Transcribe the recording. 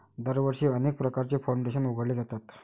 दरवर्षी अनेक प्रकारचे फाउंडेशन उघडले जातात